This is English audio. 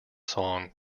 song